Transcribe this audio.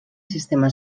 sistema